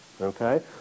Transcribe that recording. okay